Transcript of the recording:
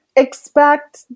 expect